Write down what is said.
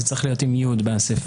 זה צריך להיות אם ניוד באסיפות.